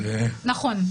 נכון.